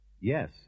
Yes